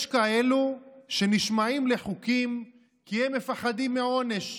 יש כאלו שנשמעים לחוקים כי הם מפחדים מעונש,